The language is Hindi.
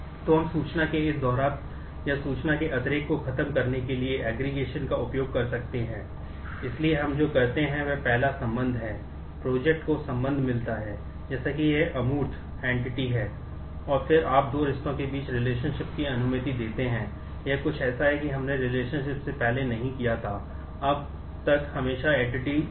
तो हम सूचना के इस दोहराव या सूचना के अतिरेक को खत्म करने के लिए एग्रीगेशन के बीच रहा है